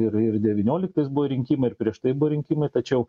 ir ir devynioliktais buvo rinkimai ir prieš tai buvo rinkimai tačiau